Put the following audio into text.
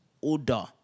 order